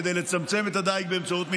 כדי לצמצם את הדיג באמצעות מכמרות,